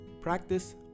Practice